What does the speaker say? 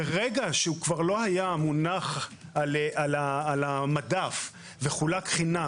ברגע שכבר לא היה מונח על המדף וחולק חינם